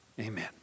Amen